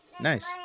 nice